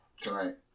tonight